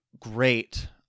Great